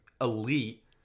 elite